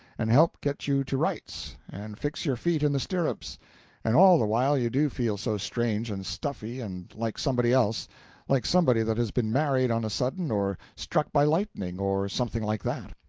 and help get you to rights, and fix your feet in the stirrups and all the while you do feel so strange and stuffy and like somebody else like somebody that has been married on a sudden, or struck by lightning, or something like that,